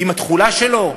עם התכולה שלו,